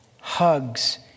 Hugs